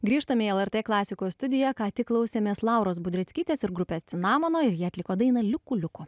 grįžtame į lrt klasikos studiją ką tik klausėmės lauros budreckytės ir grupės cinamono ir jie atliko dainą liuku liuku